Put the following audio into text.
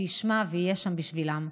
שישמע ויהיה שם בשבילם.